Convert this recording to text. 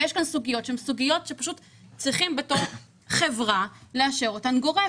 ויש כאן סוגיות שצריכים בתור חברה לאשר אותן גורף.